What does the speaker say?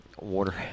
Water